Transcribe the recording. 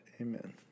Amen